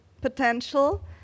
potential